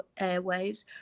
airwaves